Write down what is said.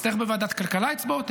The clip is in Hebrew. אצטרך בוועדת כלכלה אצבעות.